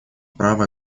права